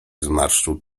zmarszczył